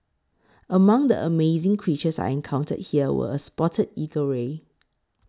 among the amazing creatures I encountered here were a spotted eagle ray